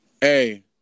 Hey